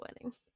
wedding